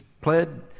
pled